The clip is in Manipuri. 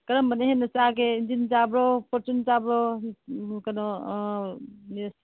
ꯀꯔꯝꯕꯅ ꯍꯦꯟꯅ ꯆꯥꯒꯦ ꯏꯟꯖꯤꯟ ꯆꯥꯕ꯭ꯔꯣ ꯐꯣꯔꯆꯨꯟ ꯆꯥꯕ꯭ꯔꯣ ꯀꯩꯅꯣ ꯅꯤꯔꯁ